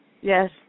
Yes